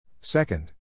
Second